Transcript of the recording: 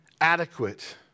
adequate